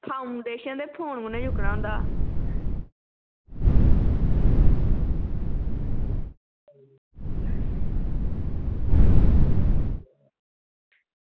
foundation ते phone कुन्नै चुक्कना होंदा